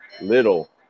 little